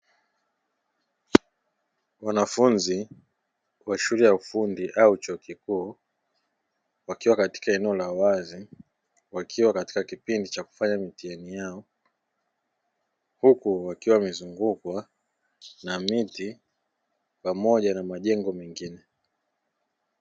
Wanafunzi wa shule ya ufundi au chuo kikuu wakiwa katika eneo la wazi wakiwa katika kipindi cha kufanya mitihani yao, huku wakiwa wamezungukwa na miti pamoja na majengo mengine.